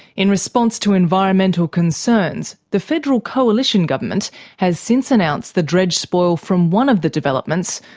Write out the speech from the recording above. in response to environmental concerns, the federal coalition government has since announced the dredge spoil from one of the developments,